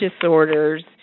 disorders